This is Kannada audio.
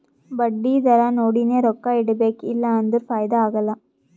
ಬಡ್ಡಿ ದರಾ ನೋಡಿನೆ ರೊಕ್ಕಾ ಇಡಬೇಕು ಇಲ್ಲಾ ಅಂದುರ್ ಫೈದಾ ಆಗಲ್ಲ